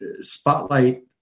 spotlight